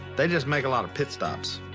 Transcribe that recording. they just make a lot of pit stops.